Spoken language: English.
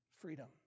freedom